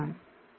மாணவர் சரி